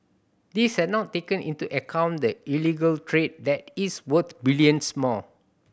this has not taken into account the illegal trade that is worth billions more